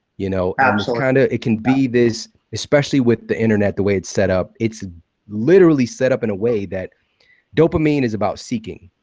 you know and it can be this especially with the internet. the way it's set up, it's literally set up in a way that dopamine is about seeking.